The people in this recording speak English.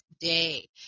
day